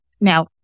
Now